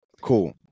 Cool